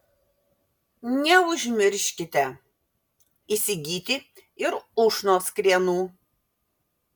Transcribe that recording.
neužmirškite įsigyti ir ušnos krienų